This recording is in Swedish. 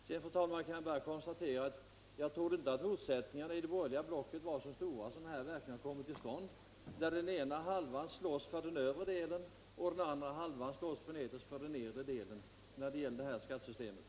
Sedan kan jag bara säga, fru talman, att jag trodde inte att motsättningarna inom det borgerliga blocket var så stora som här verkligen kommit till uttryck, när den ena halvan slåss för ett återinförande av avgiftstaket för socialförsäkringsavgifterna och den andra halvan slåss för införandet av ett avgiftsfritt bottenbelopp när det gäller dessa försäkringsavgifter.